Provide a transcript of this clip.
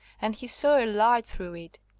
and he saw a light through it.